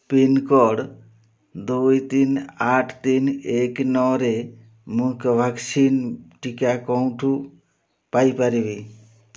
pincode ଦୁଇ ତିନ ଆଠ ତିନ ଏକ ନଅରେ ମୁଁ କୋଭାକ୍ସିନ୍ ଟିକା କେଉଁଠୁ ପାଇପାରିବି